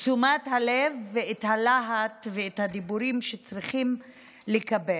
תשומת הלב ואת הלהט ואת הדיבורים שצריכים לקבל,